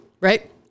right